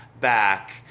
back